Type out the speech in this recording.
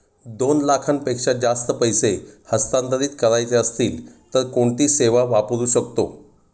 दोन लाखांपेक्षा जास्त पैसे हस्तांतरित करायचे असतील तर कोणती सेवा वापरू शकतो?